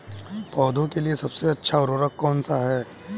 पौधों के लिए सबसे अच्छा उर्वरक कौन सा है?